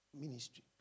ministry